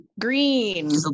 Green